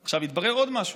עכשיו, התברר עוד משהו.